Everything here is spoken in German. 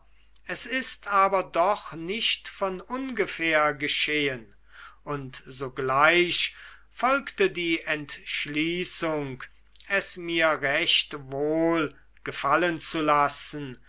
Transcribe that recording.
es ist aber doch nicht von ungefähr geschehen und sogleich folgte die entschließung es mir recht wohl gefallen zu lassen